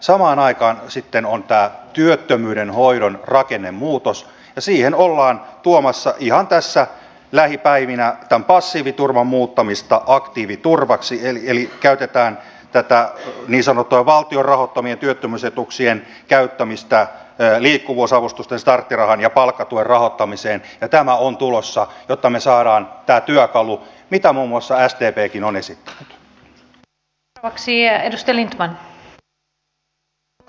samaan aikaan on tämä työttömyyden hoidon rakennemuutos ja siihen ollaan tuomassa ihan lähipäivinä tämän passiiviturvan muuttamista aktiiviturvaksi eli käytetään niin sanottua valtion rahoittamien työttömyysetuuksien käyttämistä liikkuvuusavustusten starttirahan ja palkkatuen rahoittamiseen ja tämä on tulossa jotta me saamme tämän työkalun mitä muun muassa sdpkin on esittänyt